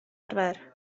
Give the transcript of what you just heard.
arfer